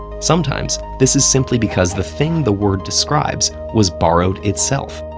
sometimes, this is simply because the thing the word describes was borrowed itself.